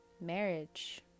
marriage